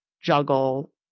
juggle